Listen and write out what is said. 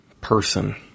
person